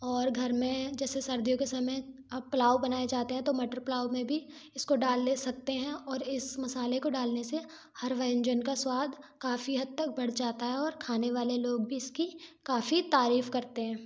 और घर में जैसे सर्दियों के समय पुलाव बनाए जाते हैं तो मटर पुलाव में भी इसको डाल ले सकते हैं और इस मसाले को डालने से हर व्यंजन का स्वाद काफ़ी हद तक बढ़ जाता है और खाने वाले लोग भी इसकी काफ़ी तारीफ़ करते हैं